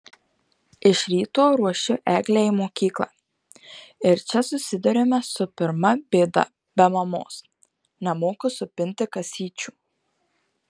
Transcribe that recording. iš ryto ruošiu eglę į mokyklą ir čia susiduriame su pirma bėda be mamos nemoku supinti kasyčių